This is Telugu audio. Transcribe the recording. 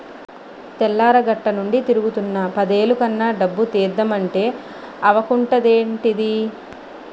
తెల్లారగట్టనుండి తిరుగుతున్నా పదేలు కన్నా డబ్బు తీద్దమంటే అవకుంటదేంటిదీ?